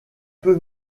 peu